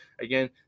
Again